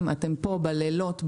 אתם פה בלילות,